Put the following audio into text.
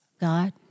God